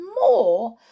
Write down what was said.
more